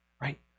Right